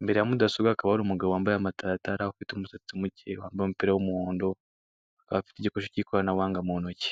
imbere ya mudasobwa hakaba hari umugabo wambaye amataratara ufite umusatsi muke wambaye umupira w'umuhondo akaba afite igikoresho k'ikoranabuhanga mu ntoki.